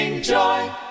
joy